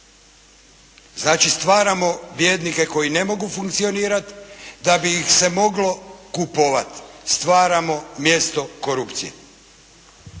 Znači stvaramo bijednike koji ne mogu funkcionirat da bi ih se moglo kupovat. Stvaramo mjesto korupciji.